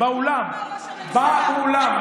באולם.